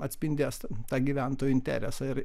atspindės tą gyventojų interesą ir